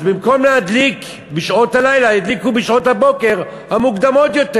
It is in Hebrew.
אז במקום להדליק בשעות הלילה ידליקו בשעות הבוקר המוקדמות יותר.